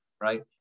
Right